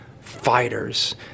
fighters